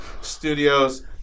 studios